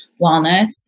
wellness